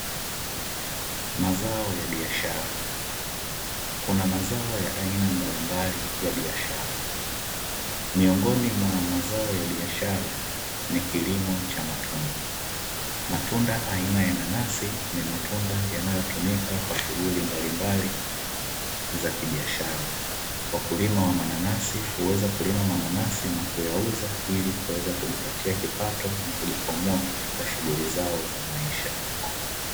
Mazao ya biashara, kuna mazao ya aina mbalimbali ya biashara miongoni mwa mazao ya biashara ni kilimo cha matunda. Matunda aina ya nanasi ni matunda yanayotumika kwa shughuli mbalimbali za kibiashara. Wakulima wa mananasi huweza kulima mananasi na kuyauza ili kuweza kujipatia kipato cha kujikwamua katika shughuli zao za maisha.